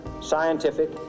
scientific